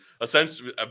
essentially